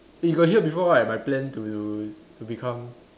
eh you got hear before right my plan to to become